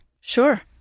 Sure